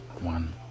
one